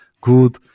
good